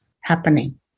happening